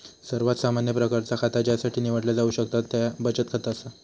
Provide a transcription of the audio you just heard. सर्वात सामान्य प्रकारचा खाता ज्यासाठी निवडला जाऊ शकता त्या बचत खाता असा